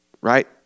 Right